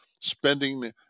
spending